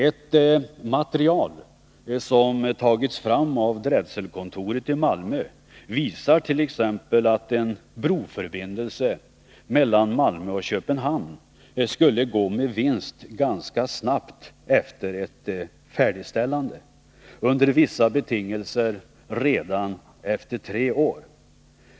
Ett material som tagits fram av drätselkontoret i Malmö visar t.ex. att en broförbindelse mellan Malmö och Köpenhamn skulle gå med vinst ganska snart efter färdigställandet — under vissa betingelser redan efter tre år.